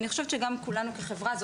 ואני חושבת שזאת השאיפה שלנו גם כולנו כחברה.